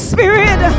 Spirit